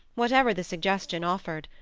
whatever the suggestion offered.